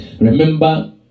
Remember